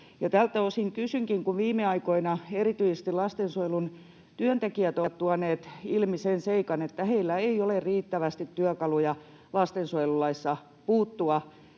työkaluja. Ja kun viime aikoina erityisesti lastensuojelun työntekijät ovat tuoneet ilmi sen seikan, että heillä ei ole riittävästi työkaluja lastensuojelulaissa puuttua